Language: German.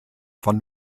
von